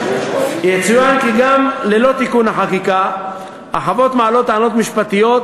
יצוין כי גם ללא תיקון החקיקה החוות מעלות טענות משפטיות